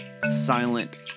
Silent